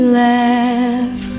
laugh